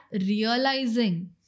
realizing